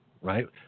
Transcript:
right